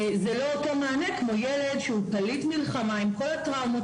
זה לא אותו מענה כמו שמקבל ילד שהוא פליט מלחמה עם כל הטראומות